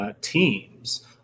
teams